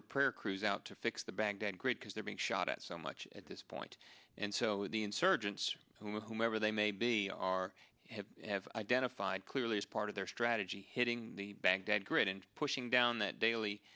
repair crews out to fix the baghdad grade because they're being shot at so much at this point and so the insurgents and whoever they may be are have identified clearly as part of their strategy hitting the baghdad grid and pushing down that daily